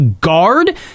guard